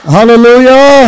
Hallelujah